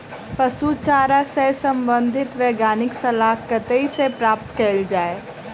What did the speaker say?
पशु चारा सऽ संबंधित वैज्ञानिक सलाह कतह सऽ प्राप्त कैल जाय?